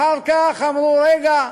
אחר כך אמרו: רגע,